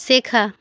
শেখা